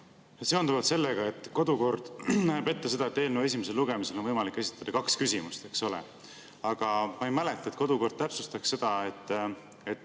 seonduvalt sellega, et kodukord näeb ette, et eelnõu esimesel lugemisel on võimalik esitada kaks küsimust. Eks ole? Aga ma ei mäleta, et kodukord täpsustaks seda, et